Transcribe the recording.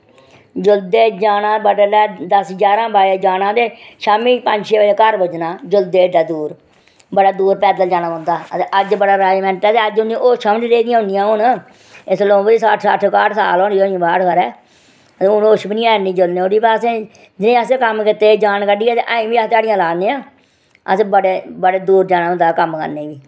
जुल्लदे जाना ते बड्डलै दस्स ञारां बजे जाना ते शामीं पंज छे बजे घर पुज्जना जुल्लदे एड्डा दूर बड़े दूर पैदल जाना पौंदा हा ते अज्ज बड़ा अरेंज़मैट ऐ ते अज्ज होशां बी नेईं रेही दियां इन्नियां ते इसलै ओह्बी सट्ठ बासठ साल हई गेदी होनी इसलै बाऽ हून इन्नी होश बी निं ऐ जुल्लनै आह्ली बाऽ असें जे असें कम्म कीते दे आं जान कड्ढियै ते अज्ज बी ध्याड़ी ला दे आं ते अस बड़ी दूर जाना होंदा हा कम्म करने गी